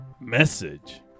Message